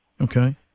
Okay